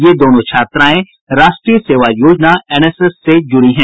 ये दोनों छात्राएं राष्ट्रीय सेवा योजना एनएसएस से जुड़ी हैं